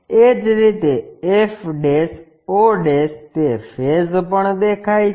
એ જ રીતે f o તે ફેસ પણ દેખાય છે